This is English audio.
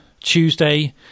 Tuesday